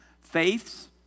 Faith's